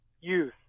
youth